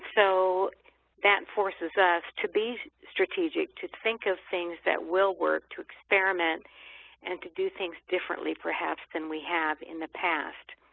so that forces us to be strategic, to think of things that will work to experiment and to do things differently perhaps than we have in the past.